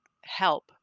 help